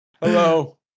Hello